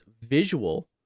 visual